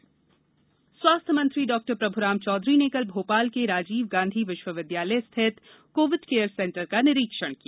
निरीक्षण स्वास्थ्य मंत्री डॉक्टर प्रभुराम चौधरी ने कल भोपाल के राजीव गांधी विश्वविद्यालय स्थित कोविड केयर सेंटर का निरीक्षण किया